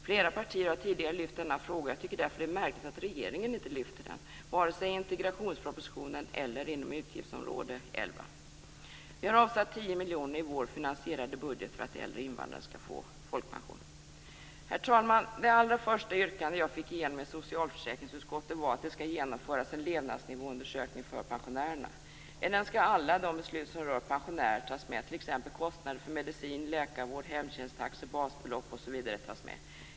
Flera partier har tidigare lyft denna fråga, och jag tycker därför att det är märkligt att regeringen inte lyfter den, vare sig i integrationspropositionen eller inom utgiftsområde 11. Vi har avsatt 10 miljoner i vår finansierade budget för att äldre invandrare skall få folkpension. Herr talman! Det allra första yrkande jag fick igenom i socialförsäkringsutskottet var att det skulle genomföras en levnadsnivåundersökning för pensionärerna. I den skall alla de beslut som rör pensionärer tas med, t.ex. kostnader för medicin, läkarvård, hemtjänsttaxor och basbelopp.